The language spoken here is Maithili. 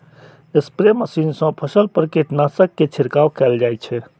स्प्रे मशीन सं फसल पर कीटनाशक के छिड़काव कैल जाइ छै